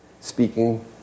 speaking